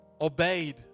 obeyed